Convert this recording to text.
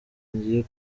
ngiye